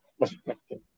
perspective